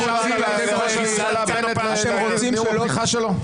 כמו שאפשרת לראש הממשלה בנט בנאום הפתיחה שלו?